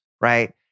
right